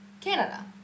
Canada